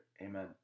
Amen